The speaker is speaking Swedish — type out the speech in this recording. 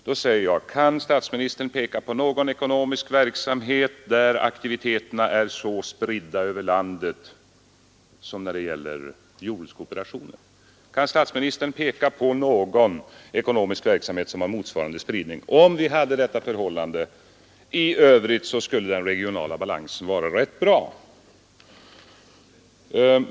Då säger jag: Kan statsministern peka på någon ekonomisk verksamhet där aktiviteterna är s som när det gäller jordbrukskooperationen? Kan statsministern peka på någon ekonomisk verksamhet som har motsvarande spridning? Om vi hade detta förhållande i övrigt skulle den regionala balansen vara rätt bra.